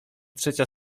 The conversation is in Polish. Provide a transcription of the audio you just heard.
trzecia